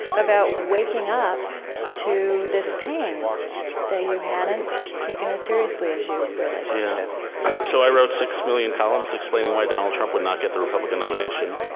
about waking up to this pain that you hadn't taken it seriously as you realized you should have so, i wrote six million columns explaining why donald trump would not get the republican nomination